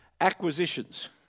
acquisitions